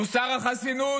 תוסר החסינות,